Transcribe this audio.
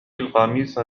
القميص